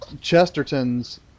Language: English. Chesterton's